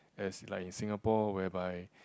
as like in Singapore whereby